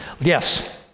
Yes